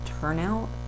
turnout